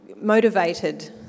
motivated